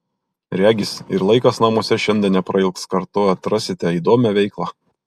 regis ir laikas namuose šiandien neprailgs kartu atrasite įdomią veiklą